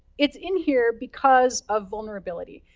it's in here because of vulnerability.